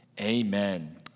Amen